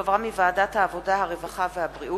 שהחזירה ועדת העבודה, הרווחה והבריאות,